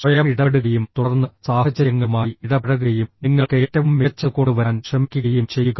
സ്വയം ഇടപെടുകയും തുടർന്ന് സാഹചര്യങ്ങളുമായി ഇടപഴകുകയും നിങ്ങൾക്ക് ഏറ്റവും മികച്ചത് കൊണ്ടുവരാൻ ശ്രമിക്കുകയും ചെയ്യുക